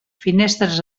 finestres